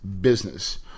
business